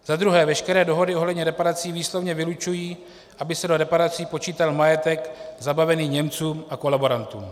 Za druhé, veškeré dohody ohledně reparací výslovně vylučují, aby se do reparací počítal majetek zabavený Němcům a kolaborantům.